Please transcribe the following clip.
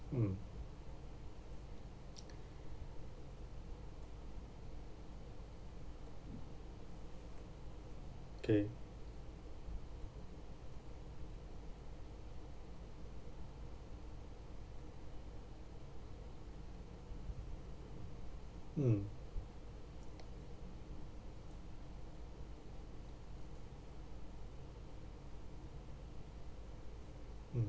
mm okay mm mm